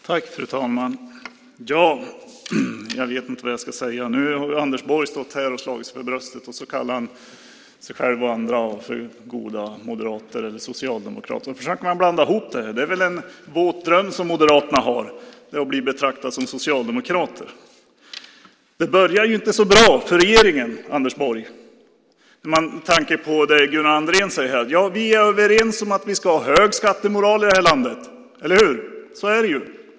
Fru talman! Jag vet inte vad jag ska säga. Nu har Anders Borg stått här och slagit sig för bröstet och kallar sig själv och andra för goda moderater eller socialdemokrater och försöker blanda ihop det. Det är väl en våt dröm som Moderaterna har att bli betraktade som socialdemokrater. Det började inte så bra för regeringen, Anders Borg, med tanke på det Gunnar Andrén säger om att vara överens om att vi ska ha hög skattemoral i det här landet. Så är det, eller hur?